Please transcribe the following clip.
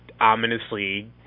ominously